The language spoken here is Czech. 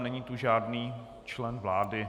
Není tu žádný člen vlády.